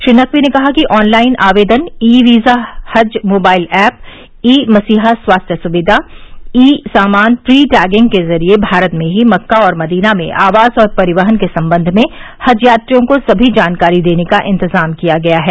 श्री नकवी ने कहा कि ऑनलाइन आवेदन ई वीजा हज मोबाइल ऐप ई मसीहा स्वास्थ्य सुविधा ई सामान प्री टैगिंग के जरिए भारत में ही मक्का और मदीना में आवास और परिवहन के संबंध में हज यात्रियों को सभी जानकारी देने का इंतजाम किया गया है